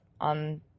on